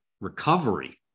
recovery